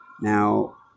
Now